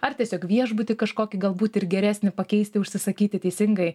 ar tiesiog viešbutį kažkokį galbūt ir geresnį pakeisti užsisakyti teisingai